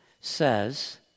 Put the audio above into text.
says